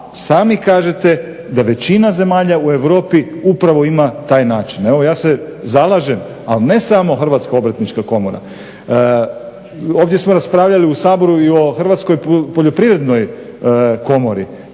sami kažete da većina zemalja u Europi upravo ima taj način. Evo ja se zalažem, ali ne samo Hrvatska obrtnička komora, ovdje smo raspravljali u Saboru i o Hrvatskoj poljoprivrednoj komori,